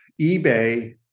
eBay